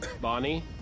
Bonnie